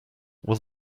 will